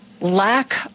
lack